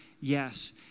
Yes